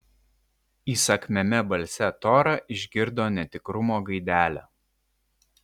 įsakmiame balse tora išgirdo netikrumo gaidelę